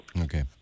Okay